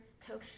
Tokyo